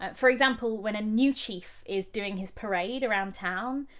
and for example, when a new chief is doing his parade around town,